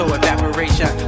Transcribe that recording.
evaporation